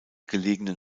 gelegenen